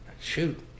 shoot